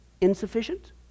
insufficient